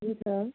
हुन्छ